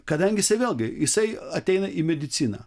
kadangi jisai vėlgi jisai ateina į mediciną